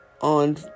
on